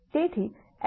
તેથી x1 0